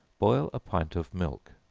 boil a pint of milk,